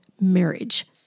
marriage